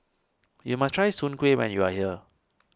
you must try Soon Kway when you are here